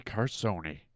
Carsoni